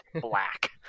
black